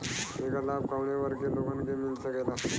ऐकर लाभ काउने वर्ग के लोगन के मिल सकेला?